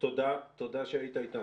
תודה שהיית איתנו.